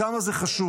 כמה זה חשוב,